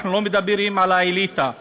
אנחנו לא מדברים על האליטה,